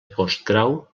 postgrau